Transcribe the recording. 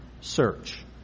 search